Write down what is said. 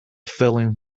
filling